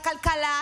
הכלכלה,